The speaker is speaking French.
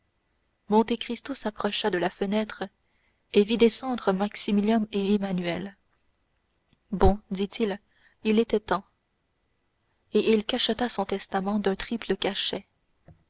entendre monte cristo s'approcha de la fenêtre et vit descendre maximilien et emmanuel bon dit-il il était temps et il cacheta son testament d'un triple cachet